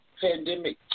pandemic